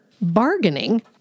bargaining